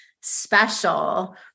special